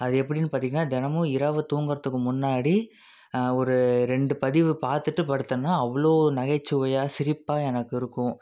அது எப்படின்னு பார்த்தீங்கனா தினமும் இரவு தூங்குறதுக்கு முன்னாடி ஒரு ரெண்டு பதிவு பார்த்துட்டு படுத்தோன்னா அவ்வளோ நகைச்சுவையாக சிரிப்பாக எனக்கு இருக்கும்